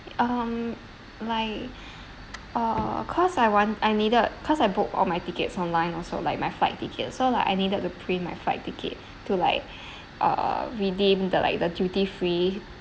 um like uh cause I want I needed cause I book all my tickets online also like my flight tickets so like I needed to print my flight ticket to like uh redeem the like the duty free